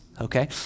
okay